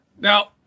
Now